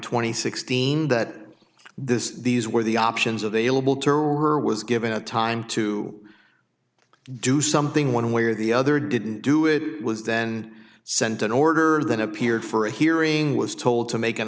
and sixteen that this these were the options available to her was given a time to do something one way or the other didn't do it was then sent an order that appeared for a hearing was told to make an